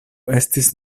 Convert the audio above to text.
estis